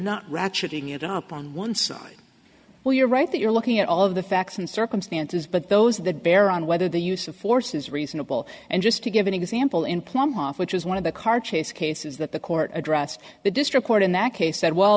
not ratcheting it up on one side or you're right that you're looking at all of the facts and circumstances but those that bear on whether the use of force is reasonable and just to give an example in plum off which is one of the car chase cases that the court address the district court in that case said well